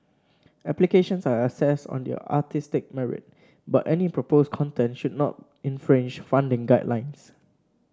applications are assessed on their artistic merit but any proposed content should not infringe funding guidelines